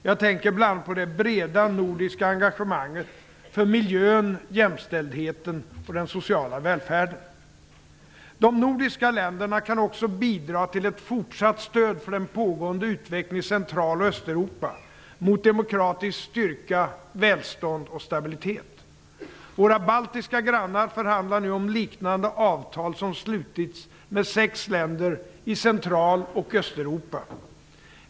Jag tänker bl.a. på det breda nordiska engagemanget för miljön, jämställdheten och den sociala välfärden. De nordiska länderna kan också bidra till ett fortsatt stöd för den pågående utvecklingen i Centraloch Österuopa mot demokratisk styrka, välstånd och stabilitet. Våra baltiska grannar förhandlar nu om avtal liknande dem som har slutits med sex länder i Central och Österuopa.